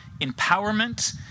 empowerment